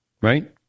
Right